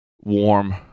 warm